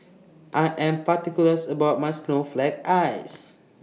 I Am particulars about My Snowflake Ice